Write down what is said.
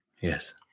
Yes